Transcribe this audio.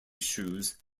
shoes